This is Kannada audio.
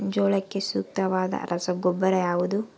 ಜೋಳಕ್ಕೆ ಸೂಕ್ತವಾದ ರಸಗೊಬ್ಬರ ಯಾವುದು?